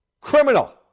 Criminal